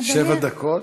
שבע דקות.